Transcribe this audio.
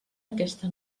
aquesta